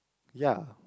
ya